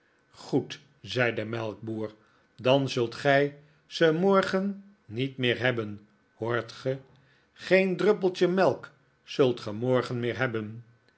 goed zei de melkboer dan zult gij ze morgen niet meer hebben hoort ge geen druppeltje melk zult ge morgen meer hebben